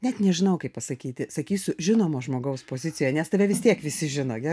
net nežinau kaip pasakyti sakysiu žinomo žmogaus pozicija nes tave vis tiek visi žino gerai